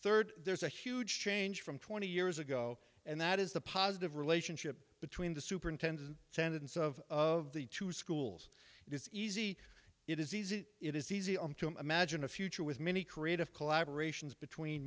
third there's a huge change from twenty years ago and that is the positive relationship between the superintendent attendance of of the two schools is easy it is easy it is easy to imagine a future with many creative collaboration between